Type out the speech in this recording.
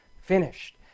finished